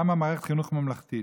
קמה מערכת חינוך ממלכתית,